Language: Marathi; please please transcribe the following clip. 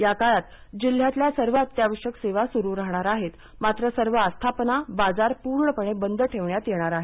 या काळात जिल्ह्यातल्या सर्व अत्यावश्यक सेवा सुरू राहणार आहेतमात्र सर्व आस्थापना बाजार पूर्णपणे बंद ठेवण्यात येणार आहेत